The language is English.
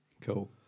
cool